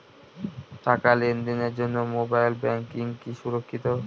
টাকা লেনদেনের জন্য মোবাইল ব্যাঙ্কিং কি সুরক্ষিত?